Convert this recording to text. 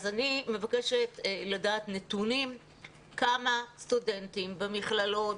אני מבקשת לדעת נתונים כמה סטודנטים במכללות,